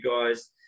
guys